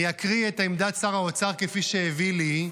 אני אקרא את עמדת שר האוצר כפי שהביא לי,